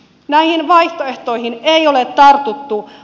näihin vaihtoehtoihin ei ole tartuttu